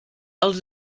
els